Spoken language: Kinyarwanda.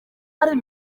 ari